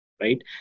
right